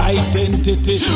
identity